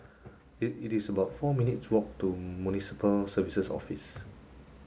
it is about four minutes' walk to Municipal Services Office